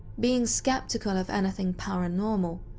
being skeptical of anything paranormal,